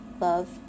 Love